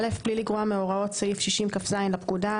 (א) בלי לגרוע מהוראות סעיף 60כז לפקודה,